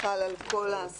זה חל על כל ההסעות,